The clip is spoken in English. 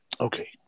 Okay